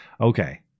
Okay